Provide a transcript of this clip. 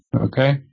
Okay